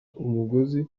umugozi